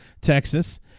Texas